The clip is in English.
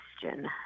question